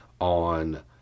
on